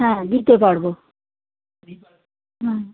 হ্যাঁ দিতে পারব